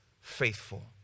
faithful